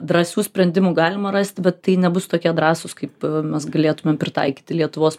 drąsių sprendimų galima rasti bet tai nebus tokie drąsūs kaip mes galėtumėm pritaikyti lietuvos